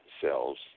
cells